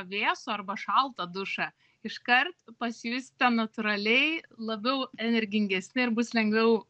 vėsų arba šaltą dušą iškart pasijusite natūraliai labiau energingesni ir bus lengviau